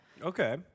okay